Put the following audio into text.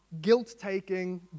guilt-taking